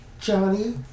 Johnny